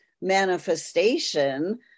manifestation